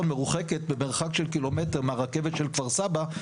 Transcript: מרוחקת במרחק של קילומטר מהרכבת של כפר סבא,